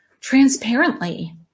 transparently